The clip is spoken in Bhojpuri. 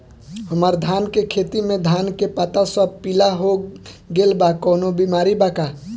हमर धान के खेती में धान के पता सब पीला हो गेल बा कवनों बिमारी बा का?